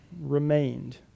remained